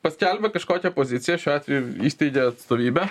paskelbia kažkokią poziciją šiuo atveju įsteigia atstovybę